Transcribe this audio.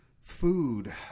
food